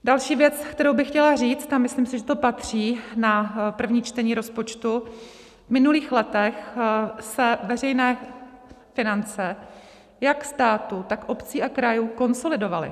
Další věc, kterou bych chtěla říct, a myslím si, že to patří na první čtení rozpočtu, v minulých letech se veřejné finance jak státu, tak obcí a krajů konsolidovaly.